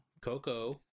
Coco